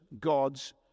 God's